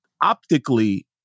optically